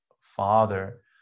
father